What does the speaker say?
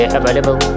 available